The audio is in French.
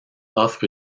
offrent